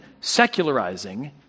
secularizing